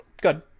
good